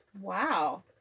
Wow